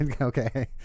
Okay